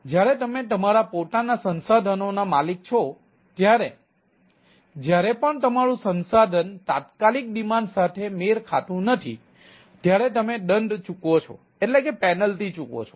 જ્યારે તમે તમારા પોતાના સંસાધનોના માલિક છો ત્યારે જ્યારે પણ તમારું સંસાધન તાત્કાલિક ડિમાન્ડ સાથે મેળ ખાતું નથી ત્યારે તમે દંડ ચૂકવો છો